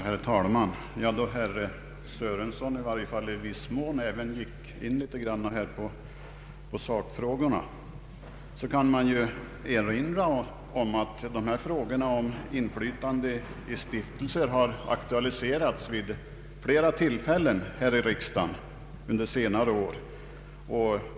Herr talman! Då herr Sörenson i viss mån gick in på sakfrågorna, kan man erinra om att frågan om tillsyn över stiftelser aktualiserats vid flera tillfällen här i riksdagen under senare år.